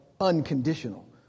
unconditional